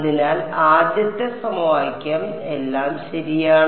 അതിനാൽ ആദ്യത്തെ സമവാക്യം എല്ലാം ശരിയാണ്